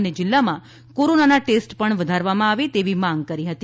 અને જિલ્લામાં કોરોનાના ટેસ્ટ વધારવમાં આવે તેવી માંગ કરી હતી